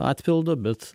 atpildo bet